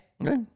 Okay